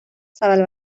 zabal